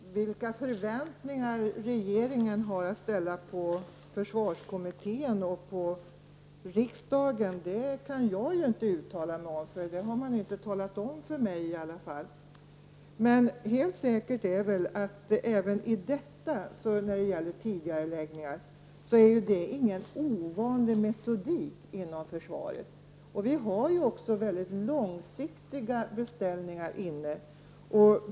Herr talman! Ja, Arne Andersson, vilka förväntningar regeringen har att ställa på försvarskommittén och på riksdagen kan jag inte uttala mig om, eftersom man inte har talat om det för mig. Helt säkert är dock att även detta — när det gäller tidigareläggningar — inte är någon ovanlig metodik inom försvaret. Vi har också mycket långsiktiga beställningar inne.